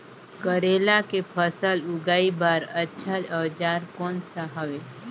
करेला के फसल उगाई बार अच्छा औजार कोन सा हवे?